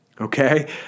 okay